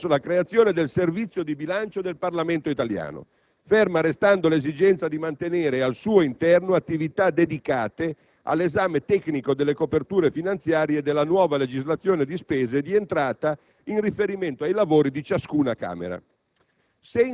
attraverso la creazione del Servizio di bilancio del Parlamento italiano, ferma restando l'esigenza di mantenere al suo interno attività dedicate all'esame tecnico delle coperture finanziarie della nuova legislazione di spesa e di entrata in riferimento ai lavori di ciascuna Camera.